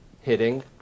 hitting